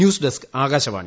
news desk Akashvani